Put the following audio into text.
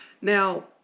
Now